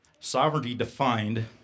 Sovereignty-defined